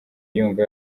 yumva